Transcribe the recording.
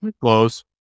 Close